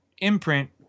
imprint